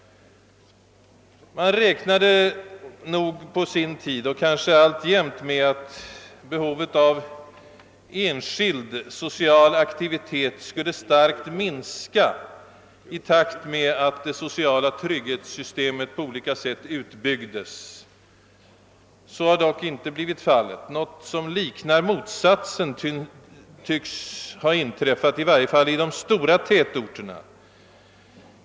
Man räknade emellertid nog på sin tid med, och gör det kanske alltjämt, att behovet av enskild social aktivitet skulle starkt minska i takt med att det sociala trygghetssystemet på olika sätt utbyggdes. Så har dock inte blivit fallet. Något som liknar motsatsen tycks ha inträffat, i varje fall i de stora tätorterna.